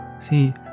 See